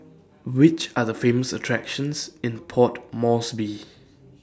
Which Are The Famous attractions in Port Moresby